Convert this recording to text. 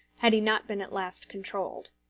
had he not been at last controlled.